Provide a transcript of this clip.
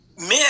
men